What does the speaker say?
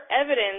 evidence